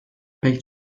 pek